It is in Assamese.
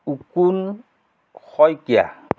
উকোন শইকীয়া